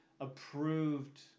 approved